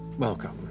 welcome.